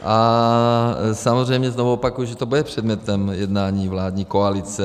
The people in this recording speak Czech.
A samozřejmě znovu opakuji, že to bude předmětem jednání vládní koalice.